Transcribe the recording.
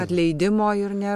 atleidimo ir nė